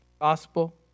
Gospel